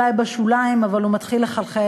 הוא אולי בשוליים אבל הוא מתחיל לחלחל,